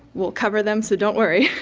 we'll cover them so don't worry.